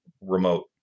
remote